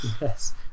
yes